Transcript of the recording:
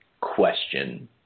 question